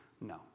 No